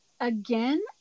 Again